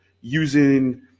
using